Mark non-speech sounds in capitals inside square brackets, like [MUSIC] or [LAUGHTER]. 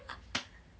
[NOISE]